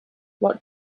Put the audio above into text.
what